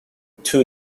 two